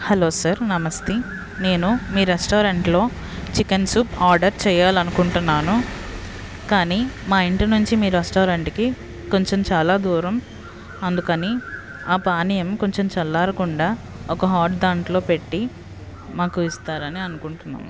hello sir నమస్తే నేను మీ రెస్టారెంట్లో చికెన్ సూప్ ఆర్డర్ చేయాలనుకుంటున్నాను కానీ మా ఇంటి నుంచి మీ రెస్టారెంట్కి కొంచెం చాలా దూరం అందుకని ఆ పానీయం కొంచెం చల్లారకుండా ఒక హాట్ దాంట్లో పెట్టి ఇస్తారని అనుకుంటున్నాము